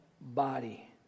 body